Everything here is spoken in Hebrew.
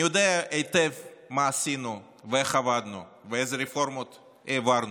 אני יודע היטב מה עשינו ואיך עבדנו ואילו רפורמות העברנו.